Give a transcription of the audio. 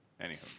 Anyhow